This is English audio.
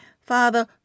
Father